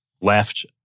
left